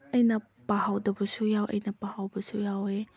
ꯑꯩꯅ ꯄꯥꯍꯧꯗꯕꯁꯨ ꯌꯥꯎꯏ ꯑꯩꯅ ꯄꯥꯍꯧꯕꯁꯨ ꯌꯥꯎꯏ